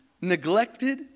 neglected